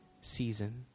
season